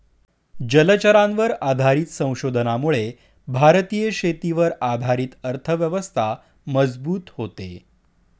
जलचरांवर आधारित संशोधनामुळे भारतीय शेतीवर आधारित अर्थव्यवस्था मजबूत होते